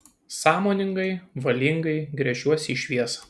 sąmoningai valingai gręžiuosi į šviesą